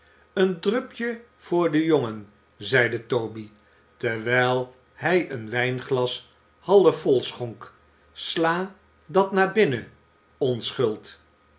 een drupje voor den jongen zeide toby terwijl hij een wijnglas half vol schonk sla dat naar binnen onschuld